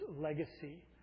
legacy